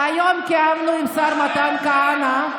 היום קיימנו עם השר מתן כהנא,